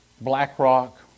BlackRock